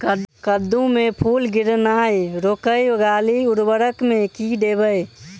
कद्दू मे फूल गिरनाय रोकय लागि उर्वरक मे की देबै?